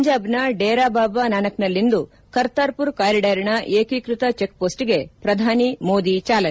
ಪಂಜಾಬ್ನ ಡೇರಾ ಬಾಬಾ ನಾನಕ್ನಲ್ಲಿಂದು ಕರ್ತಾರ್ಪುರ್ ಕಾರಿಡಾರ್ನ ಏಕೀಕೃತ ಚೆಕ್ಮೋಸ್ಟ್ಗೆ ಪ್ರಧಾನಿ ಮೋದಿ ಚಾಲನೆ